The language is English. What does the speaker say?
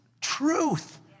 truth